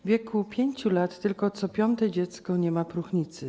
W wieku 5 lat tylko co piąte dziecko nie ma próchnicy.